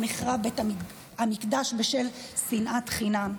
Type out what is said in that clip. שבו נחרב בית המקדש בשל שנאת חינם.